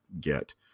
get